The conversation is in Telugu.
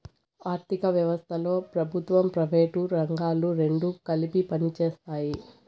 ఆర్ధిక వ్యవస్థలో ప్రభుత్వం ప్రైవేటు రంగాలు రెండు కలిపి పనిచేస్తాయి